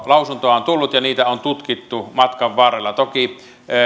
lausuntoa on tullut ja niitä on tutkittu matkan varrella toki